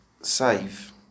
save